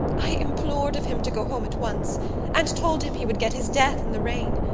i implored of him to go home at once and told him he would get his death in the rain.